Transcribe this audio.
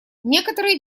некоторые